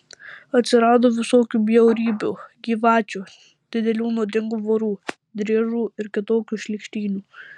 atsirado visokių bjaurybių gyvačių didelių nuodingų vorų driežų ir kitokių šlykštynių